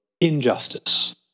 injustice